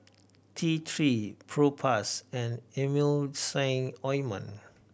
T Three Propass and Emulsying Ointment